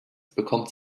bekommt